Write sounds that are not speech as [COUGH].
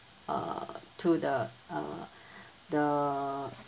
uh to the uh [BREATH] the